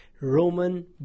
Roman